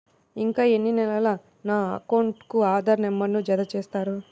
ఇంకా ఎన్ని నెలలక నా అకౌంట్కు ఆధార్ నంబర్ను జత చేస్తారు?